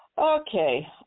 Okay